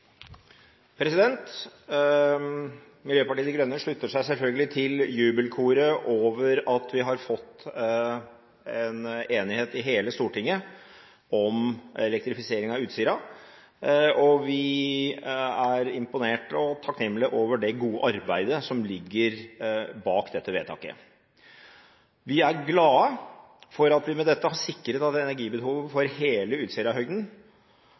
installasjonene. Miljøpartiet De Grønne slutter seg selvfølgelig til jubelkoret over at vi har fått en enighet i hele Stortinget om elektrifisering av Utsira, og vi er imponert og takknemlig over det gode arbeidet som ligger bak dette vedtaket. Vi er glad for at vi med dette har sikret at energibehovet for hele